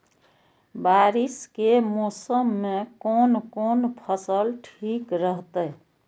बारिश के मौसम में कोन कोन फसल ठीक रहते?